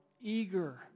eager